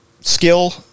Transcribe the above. skill